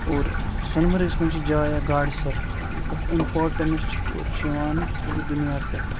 اور سۄنہٕ مَرگَس منٛز چھِ جایا گاڈٕ سَر ییٚمیُک اَکھ اِمپاٹَنٕس چھِ تور چھِ یِوان پوٗرٕ دُنیا پٮ۪ٹھ